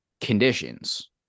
conditions